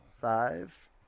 Five